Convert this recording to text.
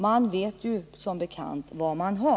Man vet ju som bekant vad man har .